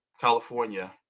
California